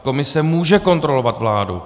Komise může kontrolovat vládu.